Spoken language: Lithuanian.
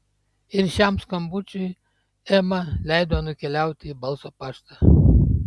ir šiam skambučiui ema leido nukeliauti į balso paštą